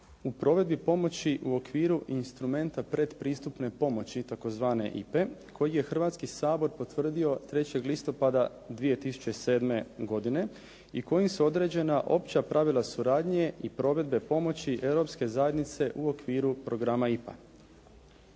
u provedbi pomoći u okviru instrumenta predpristupne pomoći tzv. IPA-e koji je Hrvatski sabor potvrdio 3. listopada 2007. godine i kojim su određena opća pravila suradnje i provedbe pomoći Europske zajednice u okviru programa IPA.